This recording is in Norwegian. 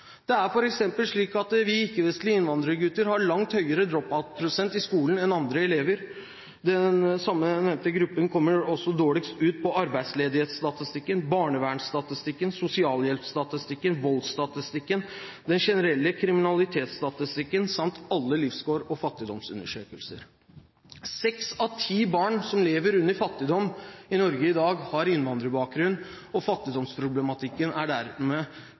Det er f.eks. slik at vi ikke-vestlige innvandrergutter har langt høyere «drop-out»-prosent i skolen enn andre elever. Den samme nevnte gruppen kommer også dårligst ut på arbeidsledighetsstatistikken, barnevernsstatistikken, sosialhjelpsstatistikken, voldsstatistikken, den generelle kriminalitetsstatistikken samt alle levekårs- og fattigdomsundersøkelser. Seks av ti barn som lever i fattigdom i Norge i dag, har innvandrerbakgrunn. Fattigdomsproblematikken er dermed